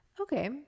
okay